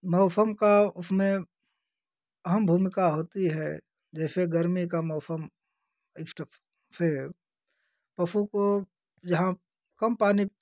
मौसम का उसमें अहम भूमिका होती है जैसे गर्मी का मौसम से पशु को जहाँ कम पानी